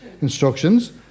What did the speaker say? instructions